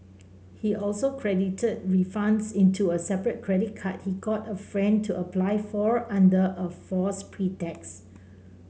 he also credited refunds into a separate credit card he got a friend to apply for under a false pretext